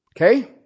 Okay